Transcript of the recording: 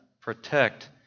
protect